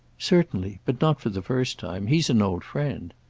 certainly but not for the first time. he's an old friend.